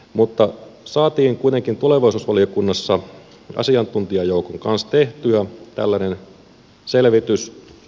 mutta saatiin kuitenkin tulevaisuusvaliokunnassa asiantuntijajoukon kanssa tehtyä tällainen selvitys